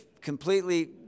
completely